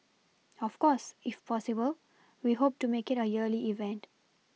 of course if possible we hope to make it a yearly event